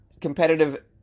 competitive